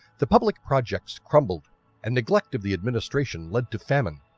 the public projects crumbled and neglect of the administration lead to famine,